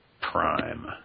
Prime